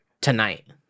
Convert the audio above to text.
tonight